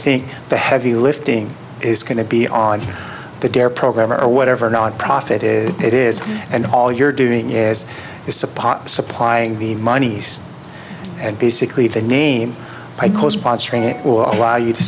think the heavy lifting is going to be on the dare program or whatever nonprofit is it is and all you're doing is it's a pot supplying the my niece and basically the name by co sponsoring it will allow you to